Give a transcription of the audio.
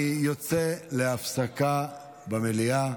אני יוצא להפסקה במליאה.